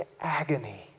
agony